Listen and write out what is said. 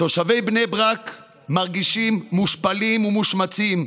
תושבי בני ברק מרגישים מושפלים ומושמצים,